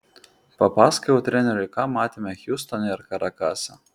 papasakojau treneriui ką matėme hjustone ir karakase